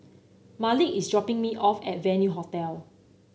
Malik is dropping me off at Venue Hotel